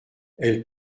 elle